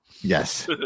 Yes